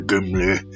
Gimli